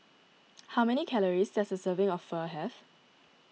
how many calories does a serving of Pho have